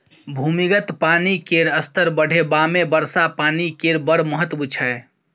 भूमिगत पानि केर स्तर बढ़ेबामे वर्षा पानि केर बड़ महत्त्व छै